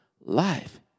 life